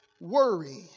Worry